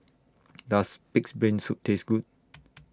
Does Pig'S Brain Soup Taste Good